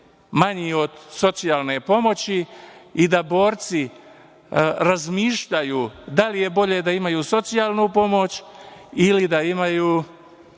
manji od socijalne pomoći i da borci razmišljaju da li je bolje da imaju socijalnu pomoć ili da imaju